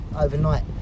overnight